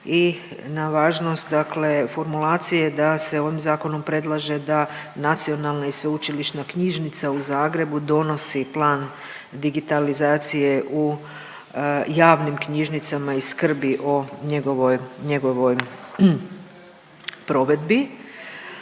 i na važnost dakle formulacije da se ovim zakonom predlaže da Nacionalna i sveučilišna knjižnica u Zagrebu donosi plan digitalizacije u javnim knjižnicama i skrbi o njegovoj,